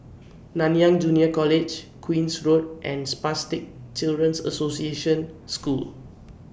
Nanyang Junior College Queen's Road and Spastic Children's Association School